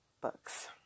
books